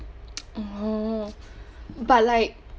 oh but like